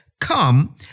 Come